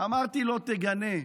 אמרתי לו: תגנה.